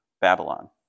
Babylon